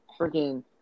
freaking